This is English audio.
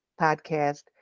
podcast